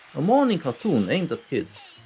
a morning cartoon aimed at kids,